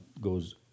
goes